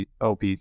OP